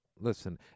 listen